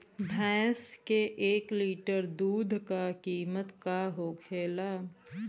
भैंस के एक लीटर दूध का कीमत का होखेला?